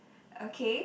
okay